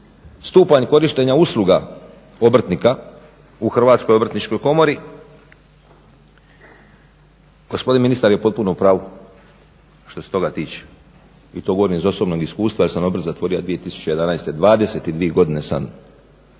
stupanj korištenja usluga obrtnika u Hrvatskoj obrtničkoj komori. Gospodin ministar je potpuno u pravu što se toga tiče i to govorim iz osobnog iskustva jer sam obrt zatvorio 2011., 22 godine sam radio